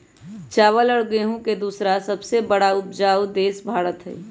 चावल और गेहूं के दूसरा सबसे बड़ा उपजाऊ देश भारत हई